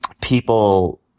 people